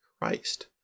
Christ